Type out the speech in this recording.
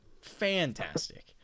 Fantastic